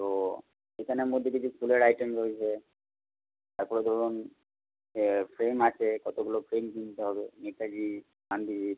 তো সেখানের মধ্যে কিছু স্কুলের আইটেম রয়েছে তারপরে ধরুন ফ্রেম আছে কতগুলো ফ্রেম কিনতে হবে নেতাজি গান্ধীজি